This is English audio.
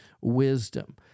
wisdom